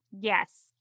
Yes